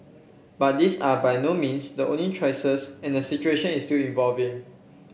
but these are by no means the only choices and the situation is still evolving